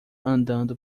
andando